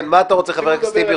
כן, מה אתה רוצה, חבר הכנסת טיבי?